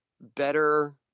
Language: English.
better